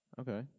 Okay